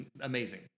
amazing